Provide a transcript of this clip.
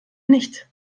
nicht